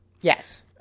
yes